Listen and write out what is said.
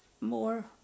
more